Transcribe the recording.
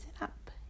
up